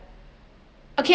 okay